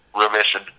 Remission